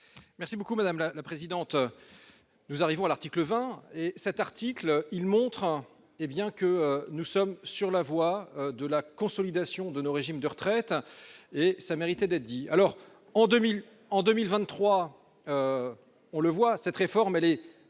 Merci beaucoup madame la présidente. Nous arrivons à l'article 20 et cet article il montre hein. Et bien que nous sommes sur la voie de la consolidation de nos régimes de retraite et ça méritait d'être dit. Alors en 2000 en 2023. On le voit, cette réforme elle